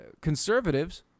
conservatives